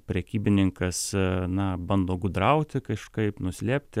prekybininkas na bando gudrauti kažkaip nuslėpti